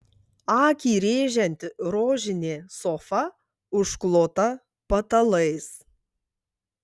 akį rėžianti rožinė sofa užklota patalais